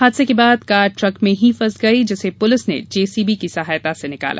हादसा के बाद कार ट्रक में ही फस गई जिसे पुलिस ने जेसीबी की सहायता से निकाला